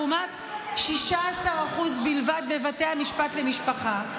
לעומת 16% בלבד בבתי המשפט למשפחה.